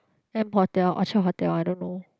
M-Hotel Orchard hotel I don't know